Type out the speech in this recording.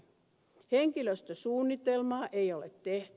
henkilöstösuunnitelmaa ei ole tehty